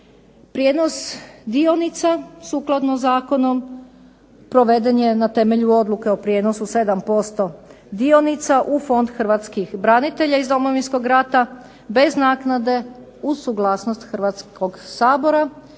Prijenos dionica sukladno zakonom proveden je na temelju odluke o prijenosu 7% dionica u Fond hrvatskih branitelja iz Domovinskog rata bez naknade uz suglasnost Hrvatskog sabora.